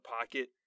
pocket